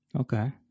Okay